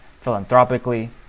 philanthropically